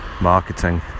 Marketing